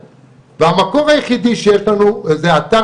והמקור היחידי שיש לנו זה אתר